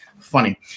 funny